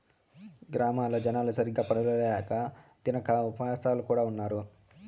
గ్రామాల్లో జనాలు సరిగ్గా పనులు ల్యాక తినక ఉపాసాలు కూడా ఉన్నారు